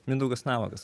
mindaugas navakas